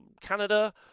Canada